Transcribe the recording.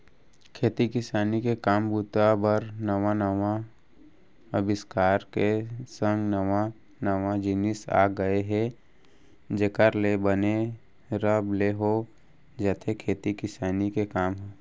खेती किसानी के काम बूता बर नवा नवा अबिस्कार के संग नवा नवा जिनिस आ गय हे जेखर ले बने रब ले हो जाथे खेती किसानी के काम ह